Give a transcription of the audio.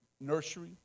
nursery